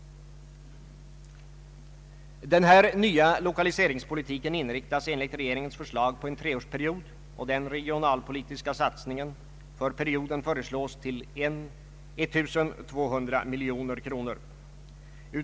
Den nya lokaliseringspolitiken inriktas enligt regeringens förslag på en treårsperiod, och den regionalpolitiska satsningen för perioden föreslås till 1200 miljoner kronor.